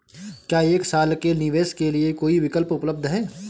क्या एक साल के निवेश के लिए कोई विकल्प उपलब्ध है?